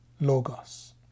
Logos